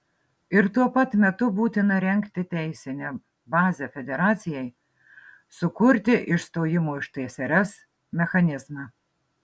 ir tuo pat metu būtina rengti teisinę bazę federacijai sukurti išstojimo iš tsrs mechanizmą